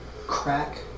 crack